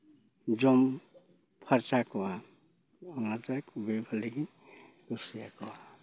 ᱡᱚᱢ ᱯᱷᱟᱨᱪᱟ ᱠᱚᱣᱟ ᱚᱱᱟᱛᱮ ᱵᱮᱼᱵᱟᱹᱲᱤᱡ ᱤᱧ ᱠᱩᱥᱤᱭᱟᱠᱚᱣᱟ